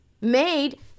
made